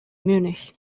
munich